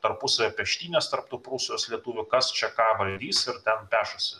tarpusavio peštynės tarp tų prūsijos lietuvių kas čia ką valdys ir ten pešasi